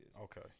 Okay